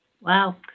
Wow